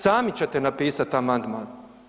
Sami ćete napisati amandman.